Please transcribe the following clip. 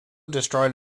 destroyed